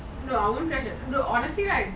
no I won't crash at honestly right